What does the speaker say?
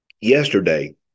Yesterday